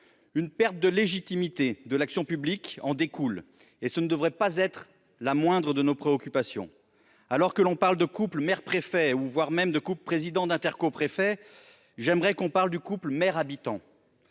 une perte de légitimité de l'action publique en découle. Ce ne devrait pas être la moindre de nos préoccupations. Alors que l'on parle de couple maire-préfet, voire de couple président d'intercommunalité-préfet, j'aimerais entendre parler de couple maire-habitant.